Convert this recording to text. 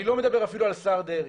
אני לא מדבר אפילו על השר דרעי,